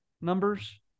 numbers